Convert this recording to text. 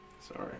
Sorry